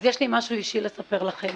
אז יש לי משהו אישי לספר לכם.